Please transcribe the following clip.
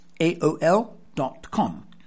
aol.com